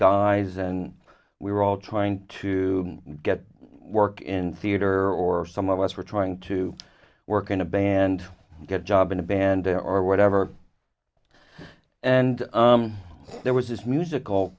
guys and we were all trying to get work in theater or some of us were trying to work in a band get a job in a band or whatever and there was this musical